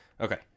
Okay